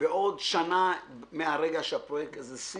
בעוד שנה מהרגע שהפרויקט הזה יהיה,